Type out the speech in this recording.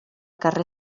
carrer